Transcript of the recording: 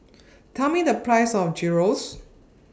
Tell Me The Price of Gyros